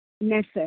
Nessa